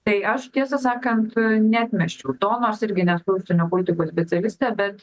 tai aš tiesą sakant neatmesčiau to nors irgi nesu užsienio politikos specialistė bet